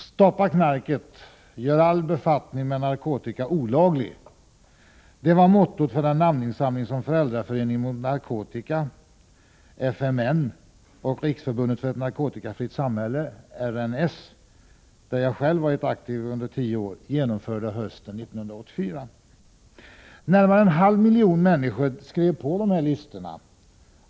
”Stoppa knarket — gör all befattning med narkotika olaglig” var mottot för den namninsamling som Föräldraföreningen mot narkotika, FMN, och Riksförbundet för ett narkotikafritt samhälle, RNS, där jag själv varit aktiv under tio år, genomförde hösten 1984. Närmare en halv miljon människor skrev på listorna.